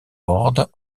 woord